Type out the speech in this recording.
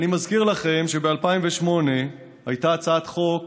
אני מזכיר לכם שב-2008 הייתה הצעת חוק